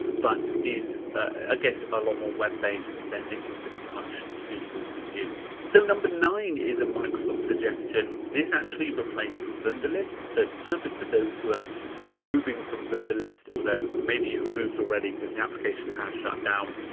but is i ah guess a lot more web based, then this is much suitable for you. so number nine is a monaco soft suggestion. this actually replaced wunderlist, so it's perfect for those who are moving from wunderlist, although maybe you moved already cause the application has shut down.